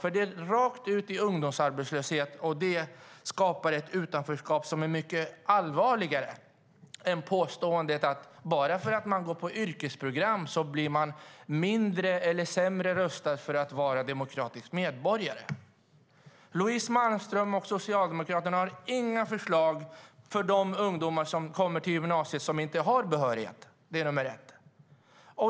Eleverna går rakt ut i ungdomsarbetslöshet, och det skapar ett utanförskap som är mycket allvarligare jämfört med påståendet att bara för att man går på yrkesprogram blir man sämre rustad för att vara en demokratisk medborgare. Louise Malmström och Socialdemokraterna har inga förslag för de ungdomar som kommer till gymnasiet utan behörighet. Det är det första.